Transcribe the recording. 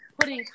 putting